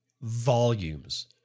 volumes